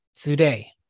today